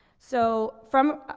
so from,